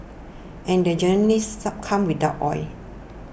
and they generally come without oil